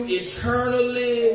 eternally